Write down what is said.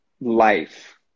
life